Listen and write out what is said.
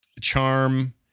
charm